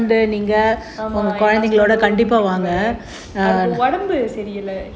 ஆமா அவங்க உடம்பு சரியில்ல:aamaa avaanga udambu sari illa